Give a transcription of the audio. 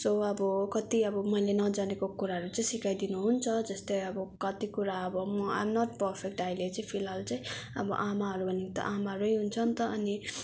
so अब कति अब मैले नजानेको कुराहरू चाहिँ सिकाइदिनुहुन्छ जस्तै अब कति कुरा अब म आई एम नट पफेक्ट अहिले चाहिँ फिलहाल चाहिँ अब आमाहरू भनेको त आमाहरू नै हुन्छ नि त अनि